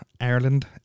Ireland